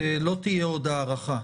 כי לא תהיה עוד הארכה.